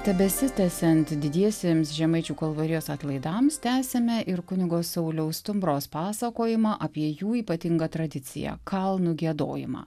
tebesitęsiant didiesiems žemaičių kalvarijos atlaidams tęsiame ir kunigo sauliaus stumbros pasakojimą apie jų ypatingą tradiciją kalnų giedojimą